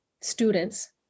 students